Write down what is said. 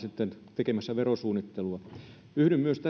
sitten tekemässä verosuunnittelua yhdyn myös